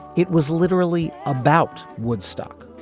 it was literally about woodstock.